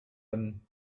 him